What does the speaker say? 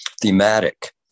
thematic